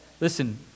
Listen